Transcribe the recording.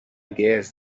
guess